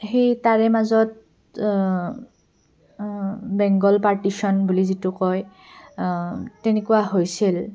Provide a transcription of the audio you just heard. সেই তাৰে মাজত বেংগল পাৰ্টিশ্যন বুলি যিটো কয় তেনেকুৱা হৈছিল